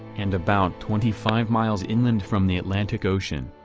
and about twenty five miles inland from the atlantic ocean,